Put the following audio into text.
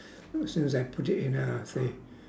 oo since I put it in uh they